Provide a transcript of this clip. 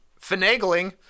finagling